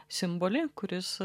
simbolį kuris